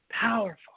Powerful